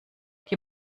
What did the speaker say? die